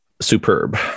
superb